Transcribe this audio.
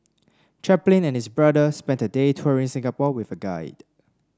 Chaplin and his brother spent a day touring Singapore with a guide